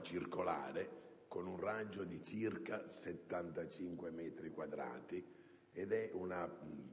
circolare, con un raggio di circa 75 metri, ed è una